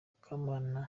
mukamana